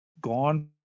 gone